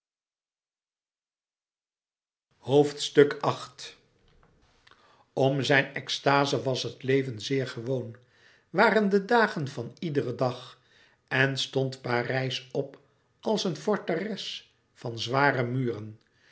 om zijn extaze was het leven zeer gewoon waren de dagen van iederen dag en stond parijs op als een forteres van zware muren